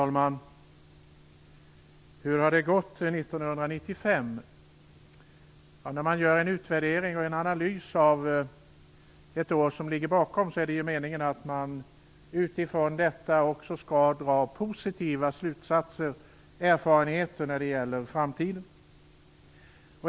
Fru talman! Hur har det gått 1995? När man gör en utvärdering och en analys av ett år som ligger bakom en är det meningen att man utifrån detta också skall dra positiva slutsatser och att det skall ge erfarenheter inför framtiden.